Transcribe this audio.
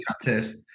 contest